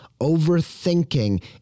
Overthinking